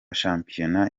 shampiyona